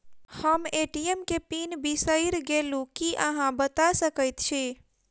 हम ए.टी.एम केँ पिन बिसईर गेलू की अहाँ बता सकैत छी?